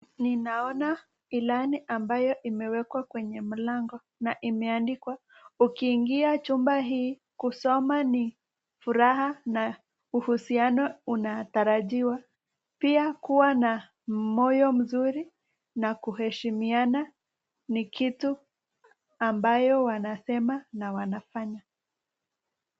Naona ilani ambayo imewekwa kwenye mlango na imeandikwa ukiingia chumba hii kusoma ni furaha na uhusiano unatarajiwa pia kuwa na moyo mzuri na kuheshimiana ni kitu ambayo wanasema na wanafanya.